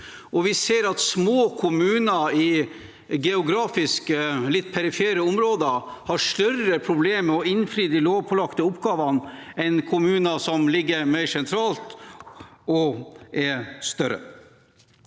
vi ser at små kommuner i geografisk litt perifere områder har større problemer med å innfri de lovpålagte oppgavene enn kommuner som ligger mer sentralt og er større.